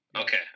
Okay